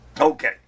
Okay